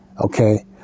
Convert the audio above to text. okay